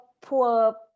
poor